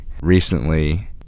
recently